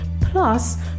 plus